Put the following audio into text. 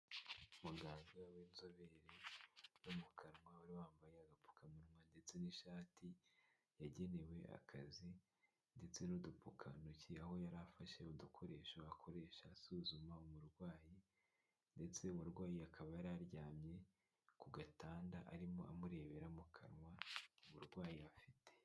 Muganga w'inzobere wo mu kanwa, wari wambaye agapfukamunwa ndetse n'ishati yagenewe akazi ndetse n'udupfukantoki, aho yari afashe udukoresho akoresha asuzuma umurwayi ndetse uwarwaye akaba yari aryamye ku gatanda, arimo amurebera mu kanwa, uburwayi afite.